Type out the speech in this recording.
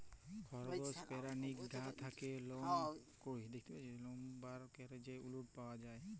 খরগস পেরানীর গা থ্যাকে লম বার ক্যরে যে উলট পাওয়া যায়